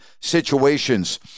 situations